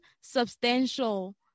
substantial